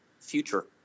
future